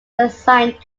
assigned